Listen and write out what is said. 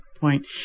point